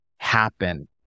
happen